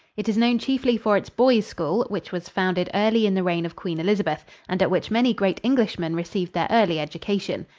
it is known chiefly for its boys' school, which was founded early in the reign of queen elizabeth and at which many great englishmen received their early education.